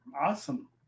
Awesome